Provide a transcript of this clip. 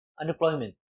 Unemployment